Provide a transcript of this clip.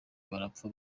barapfa